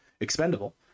expendable